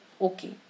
okay